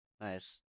Nice